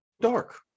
dark